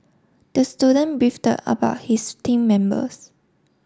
the student beefed about his team members